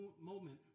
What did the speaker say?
moment